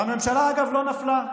והממשלה, אגב, לא נפלה.